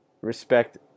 respect –